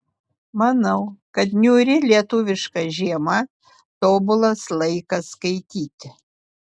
manau kad niūri lietuviška žiema tobulas laikas skaityti